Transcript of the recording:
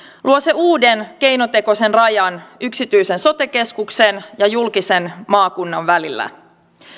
kun se luo uuden keinotekoisen rajan yksityisen sote keskuksen ja julkisen maakunnan välillä